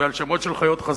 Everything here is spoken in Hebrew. ועל שמות של חיות חזקות,